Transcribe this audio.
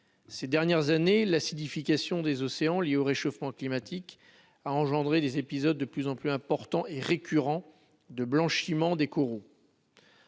ces dernières années, l'acidification des océans lié au réchauffement climatique, a engendré des épisodes de plus en plus importants et récurrents de blanchiment des coraux